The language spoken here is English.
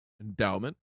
Endowment